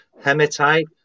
hematite